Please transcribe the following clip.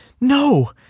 no